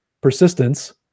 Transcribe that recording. persistence